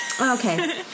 Okay